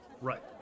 right